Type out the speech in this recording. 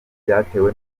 byatewe